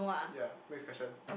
ya next question